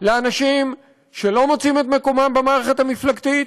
לאנשים שלא מוצאים את מקומם במערכת המפלגתית,